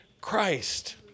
Christ